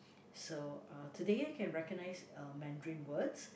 so uh today I can recognise uh Mandarin words